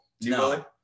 No